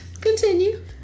continue